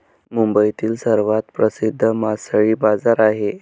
मुंबईतील सर्वात प्रसिद्ध मासळी बाजार आहे